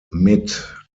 mit